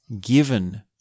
given